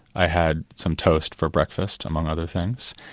i had some toast for breakfast, among other things,